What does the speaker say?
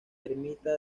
ermita